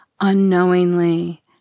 unknowingly